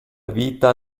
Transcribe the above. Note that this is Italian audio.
vita